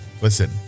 Listen